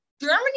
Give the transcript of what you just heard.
Germany